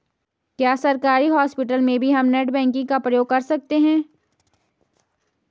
क्या सरकारी हॉस्पिटल में भी हम नेट बैंकिंग का प्रयोग कर सकते हैं?